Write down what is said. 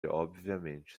obviamente